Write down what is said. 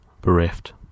bereft